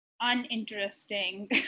uninteresting